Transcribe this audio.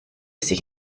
sich